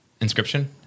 inscription